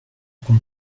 con